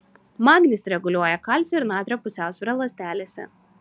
magnis reguliuoja kalcio ir natrio pusiausvyrą ląstelėse